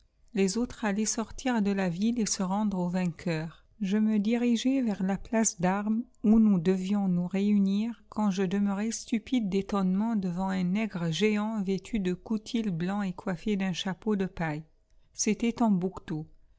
les autres allaient sortir de la ville et se rendre aux vainqueurs je me dirigeais vers la place d'armes où nous devions nous réunir quand je demeurai stupide d'étonnement devant un nègre géant vêtu de coutil blanc et coiffé d'un chapeau de paille c'était tombouctou